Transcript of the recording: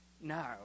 No